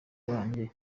wanjye